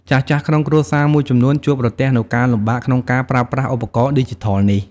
ចាស់ៗក្នុងគ្រួសារមួយចំនួន ជួបប្រទះនូវការលំបាកក្នុងការប្រើប្រាស់ឧបករណ៍ឌីជីថលនេះ។